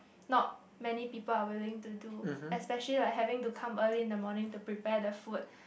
not many people are willing to do especially like having to come early in the morning to prepare the food